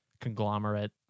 conglomerate